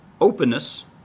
Openness